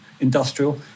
industrial